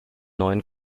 neuen